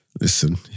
Listen